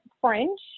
French